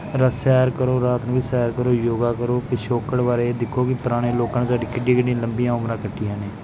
ਸੈਰ ਕਰੋ ਰਾਤ ਵੀ ਸੈਰ ਕਰੋ ਯੋਗਾ ਕਰੋ ਪਿਛੋਕੜ ਬਾਰੇ ਇਹ ਦੇਖੋ ਵੀ ਪੁਰਾਣੇ ਲੋਕਾਂ 'ਚ ਸਾਡੀ ਕਿੱਡੀਆਂ ਵੱਡੀਆਂ ਲੰਬੀਆਂ ਉਮਰਾਂ ਕੱਟੀਆਂ ਨੇ